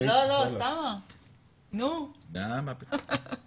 מכל מקום הייתה אך ורק זמירה אחת: מערכת החינוך תיפתח כסדרה.